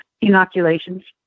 inoculations